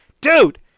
dude